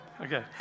Okay